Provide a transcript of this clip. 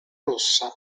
rossa